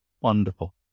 Wonderful